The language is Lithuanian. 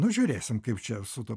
nu žiūrėsim kaip čia su tuo